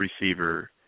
receiver